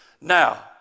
Now